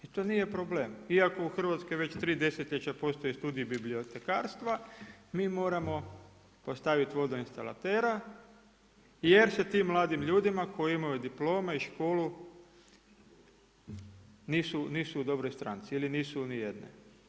I to nije problem, iako u Hrvatskoj već 3 desetljeća postoji studij bibliotekarstva, mi moramo postaviti vodoinstalatera jer se tim ljudima koji imaju diplome i školu, nisu u dobroj stranci ili nisu u nijednoj.